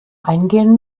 eingehen